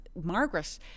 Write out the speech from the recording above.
Margaret